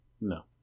No